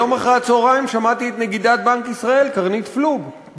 היום אחרי-הצהריים שמעתי את נגידת בנק ישראל קרנית פלוג,